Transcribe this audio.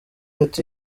ati